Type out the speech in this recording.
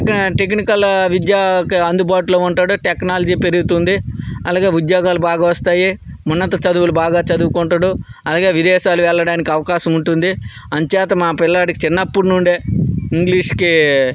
tech technical విద్యకి అందుబాటులో ఉంటడు టెక్నాలజీ పెరుగుతుంది అలాగే ఉద్యోగాలు బాగా వస్తాయి ఉన్నత చదువులు బాగా చదువుకుంటడు అలాగే విదేశాలు వెళ్ళడానికి అవకాశం ఉంటుంది అందుచేత మా పిల్లాడికి చిన్నప్పటి నుండే ఇంగ్లీషుకి